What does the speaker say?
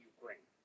Ukraine